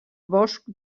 bosc